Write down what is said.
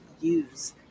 use